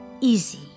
easy